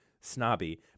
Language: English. snobby